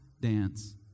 dance